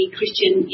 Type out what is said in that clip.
Christian